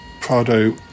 Prado